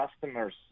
customers